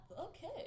Okay